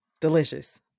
delicious